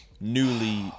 Newly